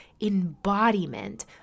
embodiment